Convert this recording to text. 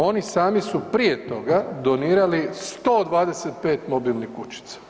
Oni sami su prije toga donirali 125 mobilnih kućica.